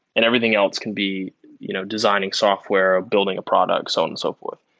and everything else can be you know designing software, or building a product, so on and so forth.